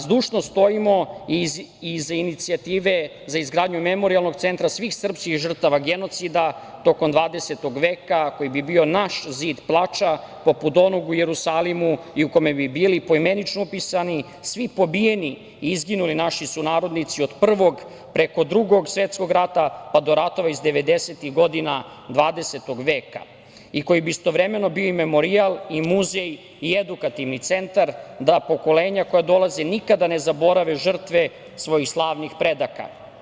Zdušno stojimo iza inicijative za izgradnju memorijalnog centra svih srpskih žrtava genocida tokom 20. veka koji bi bio naš „zid plača“ poput onog u Jerusalimu i u kome bi bili poimenično upisani svi pobijeni i izginuli naši sunarodnici od Prvog, preko Drugog svetskog rata, pa do ratova iz 90-ih godina 20. veka i koji bi istovremeno bio memorijal i muzej i edukativni centar da pokolenja koja dolaze nikada ne zaborave žrtve svojih slavnih predaka.